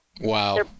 Wow